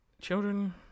children